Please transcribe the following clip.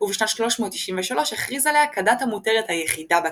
ובשנת 393 הכריז עליה כדת המותרת היחידה בקיסרות.